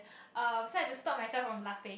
um so I had to stop myself from laughing